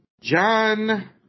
John